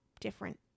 different